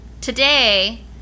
today